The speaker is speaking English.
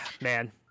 man